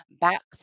back